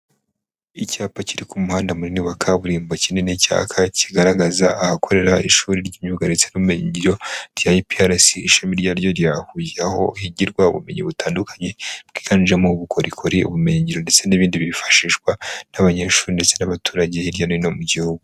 Icyapa kiri ku muhanda munini wa kaburimbo; kinini cyaka kigaragaza ahakorera ishuri ry'imyuga ndetse n'ubumenyi ngiro rya IPRRC ishami iryariryo rya Huye, aho higirwarwa ubumenyi butandukanye bwiganjemo ubukorikori, ubumenyingiro ndetse n'ibindi byifashishwa nk'abanyeshuri ndetse n'abaturage hirya no hino mu gihugu.